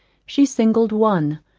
she singled one,